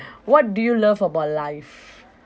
what do you love about life